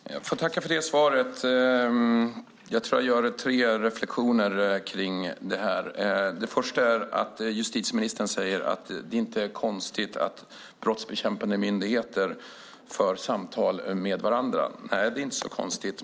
Fru talman! Jag får tacka för det svaret. Jag gör tre reflektioner kring det. Justitieministern säger att det inte är konstigt att brottsbekämpande myndigheter för samtal med varandra. Nej, det är inte så konstigt.